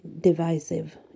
divisive